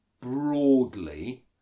broadly